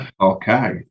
Okay